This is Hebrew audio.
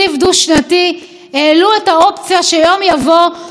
האופציה שיום יבוא ותיקון כזה יהיה אפשרי.